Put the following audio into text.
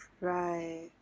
Right